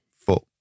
foot